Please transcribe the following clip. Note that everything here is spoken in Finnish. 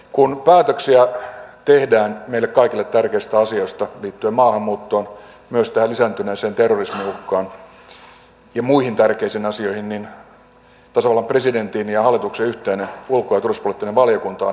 kun päätöksiä tehdään meille kaikille tärkeistä asioista liittyen maahanmuuttoon myös tähän lisääntyneeseen terrorismiuhkaan ja muihin tärkeisiin asioihin niin tasavallan presidentin ja hallituksen yhteinen ulko ja turvallisuuspoliittinen valiokunta on avainasemassa